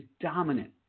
dominant